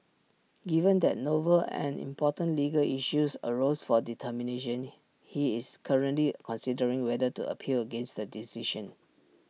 given that novel and important legal issues arose for determination he is currently considering whether to appeal against the decision